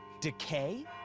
decay.